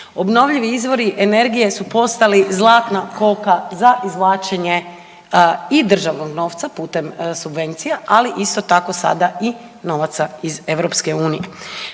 obnovljivi izvori energije su postali zlatna koka za izvlačenje i državnog novca putem subvencija, ali isto tako sada i novaca iz EU.